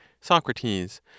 Socrates